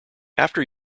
after